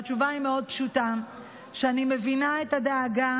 התשובה מאוד פשוטה: אני מבינה את הדאגה